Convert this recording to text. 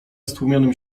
stłumionym